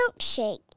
milkshake